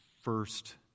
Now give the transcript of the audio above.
first